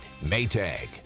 Maytag